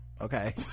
Okay